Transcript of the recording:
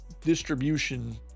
distribution